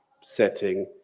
setting